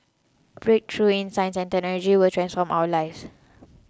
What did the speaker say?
breakthroughs in science and technology will transform our lives